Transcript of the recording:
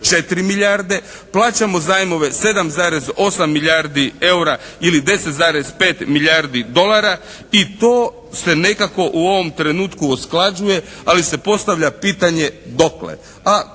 24 milijarde. Plaćamo zajmove 7,8 milijardi EUR-a ili 10,5 milijardi dolara i to se nekako u ovom trenutku usklađuje ali se postavlja pitanje dokle?